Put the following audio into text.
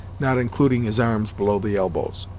not including his arms below the elbows.